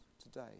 today